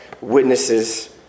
witnesses